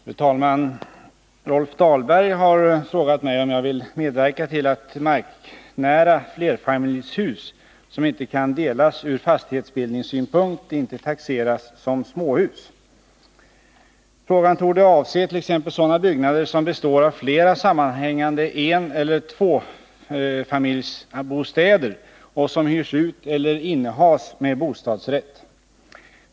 Fru talman! Rolf Dahlberg har frågat mig om jag vill medverka till att marknära flerfamiljshus, som inte kan delas ur fastighetsbildningssynpunkt, inte taxeras som småhus. Frågan torde avse t.ex. sådana byggnader som består av flera sammanhängande eneller tvåfamiljsbostäder och som hyrs ut eller innehas med bostadsrätt.